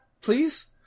please